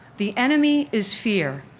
the enemy is fear,